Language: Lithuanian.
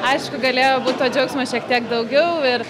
aišku galėjo būt to džiaugsmo šiek tiek daugiau ir